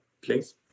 please